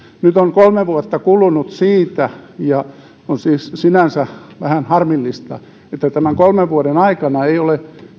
nyt on kolme vuotta kulunut siitä ja on siis sinänsä vähän harmillista että tämän kolmen vuoden aikana ei ole